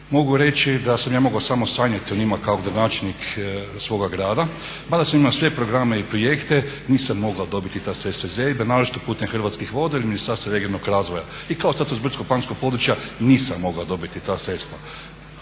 mogu reći da sam ja mogao samo sanjati o njima kao gradonačelnik svoga grada, mada sam imao sve programe i projekte, nisam mogao dobiti ta sredstva iz EIB-a naročito putem Hrvatskih voda ili Ministarstva regionalnog razvoja. I kao status brdsko-planinskog područja nisam mogao dobiti ta sredstva,